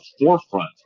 forefront